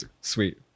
sweet